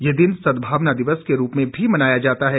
ये दिन सद्भावना दिवस के रूप में भी मनाया जाता है